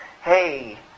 Hey